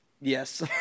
Yes